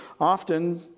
often